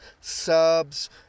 subs